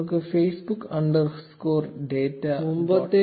നമുക്ക് Facebook underscore data dot py ഉപയോഗിക്കാം